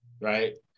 right